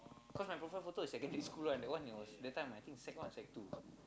cause my profile photo is secondary school one that one it was that time I think sec-one or sec-two